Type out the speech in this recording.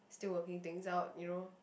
still working things out you know